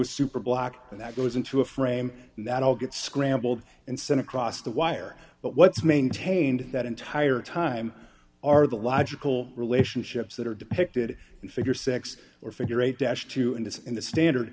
a super block that goes into a frame and that all gets scrambled and sent across the wire but what's maintained that entire time are the logical relationships that are depicted in figure six or figure eight dash two and it's in the standard